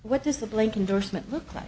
what does the blank indorsement look like